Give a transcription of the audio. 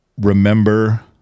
remember